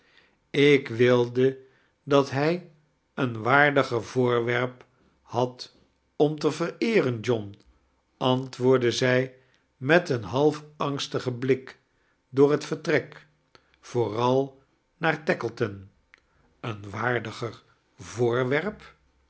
ik wilde dat hij een waardiger voorwerp had om te vereerein john antwoordd zij met een half angstigen blik door het vertrek vooral naar tackleton een waardiger voorwerp